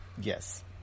Yes